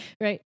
right